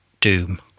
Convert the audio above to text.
Doom